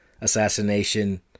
assassination